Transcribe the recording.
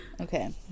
okay